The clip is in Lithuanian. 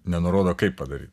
nenurodo kaip padaryt